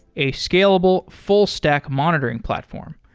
a scalable, full-stack monitoring platform.